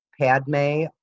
Padme